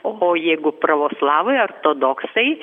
o jeigu pravoslavai ortodoksai